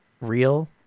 real